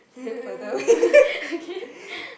okay